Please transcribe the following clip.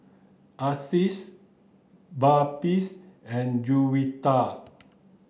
Aziz Balqis and Juwita